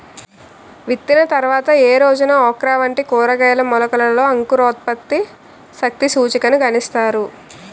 విత్తిన తర్వాత ఏ రోజున ఓక్రా వంటి కూరగాయల మొలకలలో అంకురోత్పత్తి శక్తి సూచికను గణిస్తారు?